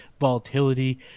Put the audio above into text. volatility